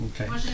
okay